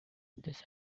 this